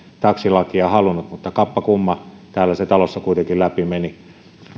taksilakia halunnut mutta kappas kummaa täällä talossa se kuitenkin läpi meni